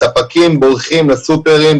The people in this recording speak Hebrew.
הספקים בורחים לסופרים,